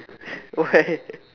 okay